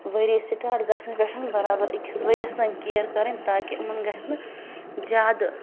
ؤری سَٹارٹ گَژھنہٕ پٮ۪ٹھ بَرابر أکِس ؤرِیس تانۍ کِیَر کَرٕنۍ تاکہِ یِمَن گَژھِ نہٕ زیادٕ